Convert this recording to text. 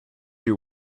you